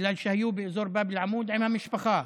בגלל שהיו באזור באב אל-עמוד עם המשפחה.